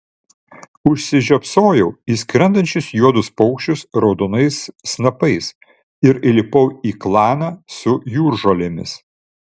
užsižiopsojau į skrendančius juodus paukščius raudonais snapais ir įlipau į klaną su jūržolėmis